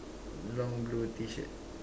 long blue T-shirt